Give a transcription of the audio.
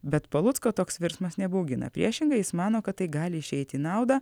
bet palucko toks virsmas nebaugina priešingai jis mano kad tai gali išeiti į naudą